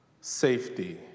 Safety